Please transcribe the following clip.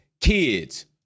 kids